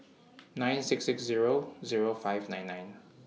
nine six six Zero Zero five nine nine